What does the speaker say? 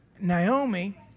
Naomi